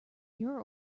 your